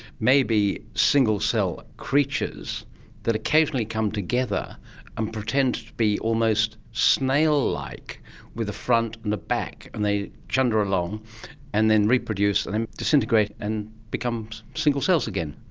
may be single-cell creatures that occasionally come together and pretend to be almost snail-like with a front and a back, and they chunder along and then reproduce and then disintegrate and become single cells again.